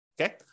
Okay